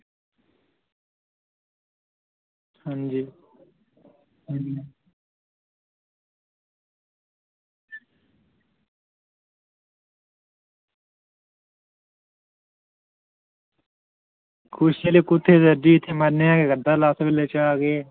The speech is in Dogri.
ते कुस बेल्लै कुत्थें